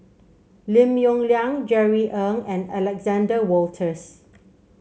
Lim Yong Liang Jerry Ng and Alexander Wolters